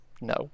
no